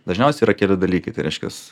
dažniausiai yra keli dalykai tai reiškias